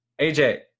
AJ